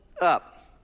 up